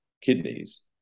kidneys